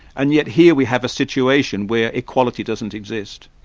and yet here we have a situation where equality doesn't exist.